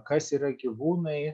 kas yra gyvūnai